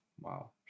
wow